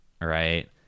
right